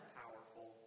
powerful